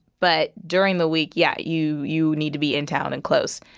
but during the week, yeah, you you need to be in town and close.